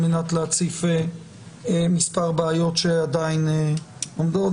על-מנת להציף כמה בעיות שעדין עומדות,